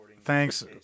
Thanks